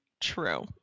true